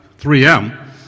3M